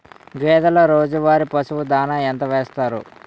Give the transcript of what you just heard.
గేదెల రోజువారి పశువు దాణాఎంత వేస్తారు?